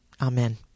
Amen